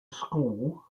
school